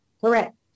Correct